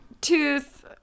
tooth